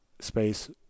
space